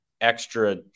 extra